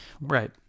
Right